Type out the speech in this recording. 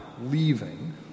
leaving